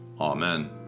Amen